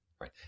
right